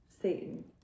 Satan